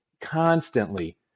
constantly